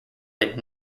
did